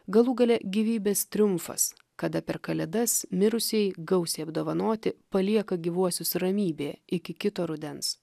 galų gale gyvybės triumfas kada per kalėdas mirusieji gausiai apdovanoti palieka gyvuosius ramybėje iki kito rudens